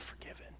forgiven